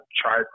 try